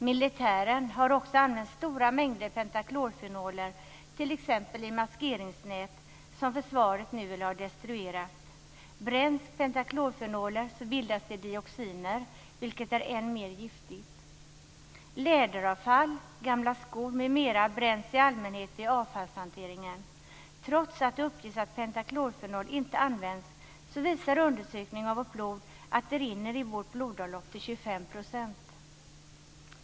Militären har också använt stora mängder pentaklorfenoler, t.ex. i maskeringsnät som försvaret nu vill ha destruerade. Bränns pentaklorfenoler bildas det dioxiner, vilket är än mer giftigt. Läderavfall - gamla skor m.m. - bränns i allmänhet i avfallshanteringen. Trots att det uppges att pentaklorfenol inte används, visar undersökning av vårt blod att det rinner i vårt blodomlopp till 25 %.